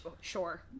Sure